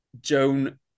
Joan